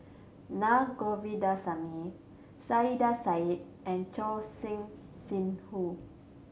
Na Govindasamy Saiedah Said and Choor Singh Sidhu